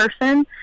person